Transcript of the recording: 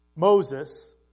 Moses